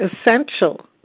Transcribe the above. essential